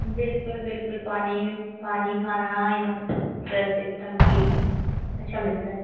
बिल्कुल बिल्कुल पानी पानी खाना यहाँ पर फ्रेस एकदम क्लीन अच्छा मिलता है